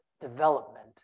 development